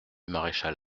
maréchal